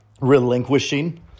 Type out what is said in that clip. relinquishing